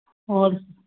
ꯑꯣ